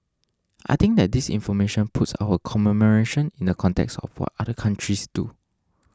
I think that this information puts our commemoration in the context of what other countries do